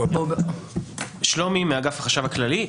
אגף החשב הכללי.